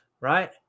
right